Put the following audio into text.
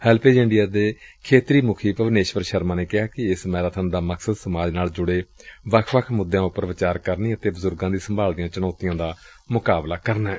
HelpAge India ਦੇ ਖੇਤਰੀ ਮੁਖੀ ਭਵਾਨੇਸ਼ਵਰ ਸ਼ਰਮਾ ਨੇ ਕਿਹਾ ਕਿ ਏਸ ਮੈਰਾਥਨ ਦਾ ਮਕਸਦ ਸਮਾਜ ਨਾਲ ਜੁੜੇ ਵੱਖ ਵੱਖ ਮੁੱਦਿਆਂ ਉਪਰ ਵਿਚਾਰ ਕਰਨੀ ਅਤੇ ਬਜੁਰਗਾਂ ਦੀ ਸੰਭਾਲ ਦੀਆਂ ਚੁਣੌਤੀਆਂ ਦਾ ਮੁਕਾਬਲਾ ਕਰਨਾ ਏ